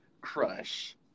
crush